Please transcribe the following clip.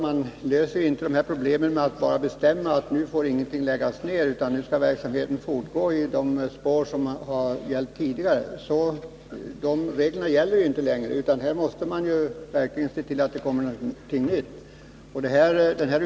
Man löser emellertid inte problemen med att bara bestämma att här skall ingenting läggas ned utan verksamheten fortgå i samma spår som tidigare. Här måste man i stället se till att det verkligen kommer någonting nytt.